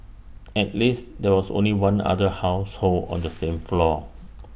at least there was only one other household on the same floor